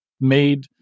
made—